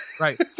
right